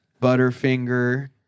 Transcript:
Butterfinger